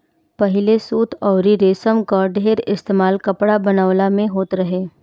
पहिले सूत अउरी रेशम कअ ढेर इस्तेमाल कपड़ा बनवला में होत रहे